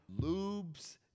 lubes